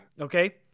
Okay